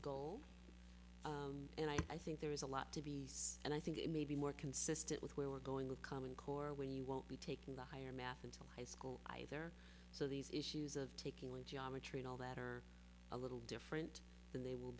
goal and i think there is a lot to be and i think it may be more consistent with where we're going with common core when you won't be taking the higher math until i don't either so these issues of taking away geometry and all that are a little different than they will